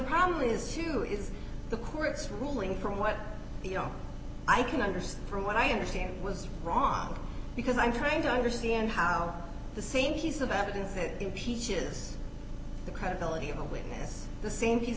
problem is too is the court's ruling from what you know i can understand from what i understand was wrong because i'm trying to understand how the same piece of evidence that impeaches the credibility of a witness the same